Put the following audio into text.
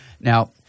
Now